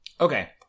Okay